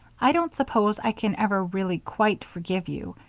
i don't suppose i can ever really quite forgive you,